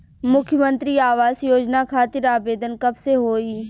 मुख्यमंत्री आवास योजना खातिर आवेदन कब से होई?